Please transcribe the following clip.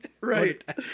Right